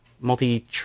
Multi